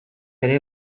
ere